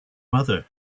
mother